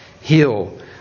heal